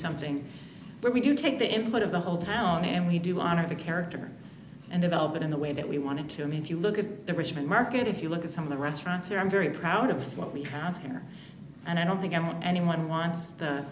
something where we can take the input of the whole town and we do honor the character and develop it in the way that we wanted to i mean if you look at the richmond market if you look at some of the restaurants there i'm very proud of what we have center and i don't think anyone anyone wants the